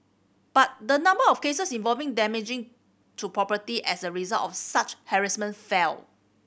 but the number of cases involving damage to property as a result of such harassment fell